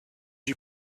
you